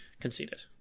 conceded